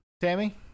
tammy